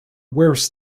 wears